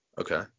Okay